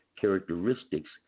characteristics